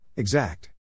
Exact